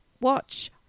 watch